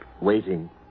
waiting